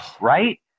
right